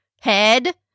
head